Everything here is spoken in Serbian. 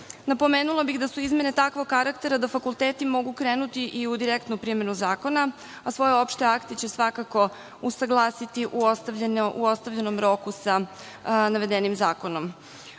napomenula bih da su izmene takvog karaktera da fakulteti mogu krenuti i u direktnu primenu zakona, a svoje opšte akte će svakako usaglasiti u ostvarenom roku sa navedenim zakonom.